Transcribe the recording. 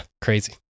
Crazy